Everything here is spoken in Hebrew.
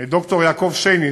את ד"ר יעקב שיינין,